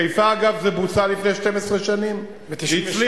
אגב, בחיפה זה בוצע לפני 12 שנים והצליח.